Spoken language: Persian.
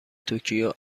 توکیو